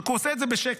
רק עושה את זה בשקט.